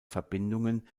verbindungen